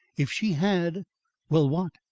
if she had well, what?